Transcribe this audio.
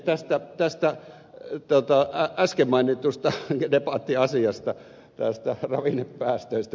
tästä äsken mainitusta debattiasiasta näistä ravinnepäästöistä